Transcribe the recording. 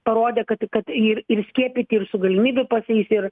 parodė kad kad ir ir skiepyti ir su galimybių pasais ir